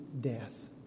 death